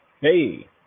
Hey